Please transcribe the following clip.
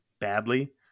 badly